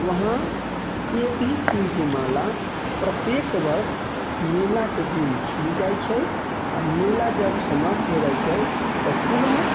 वहाँ एक ही फूलके माला प्रत्येक वर्ष मेलाके दिन खिल जाइ छै आओर मेला जब समाप्त हो जाइ छै तब पुनः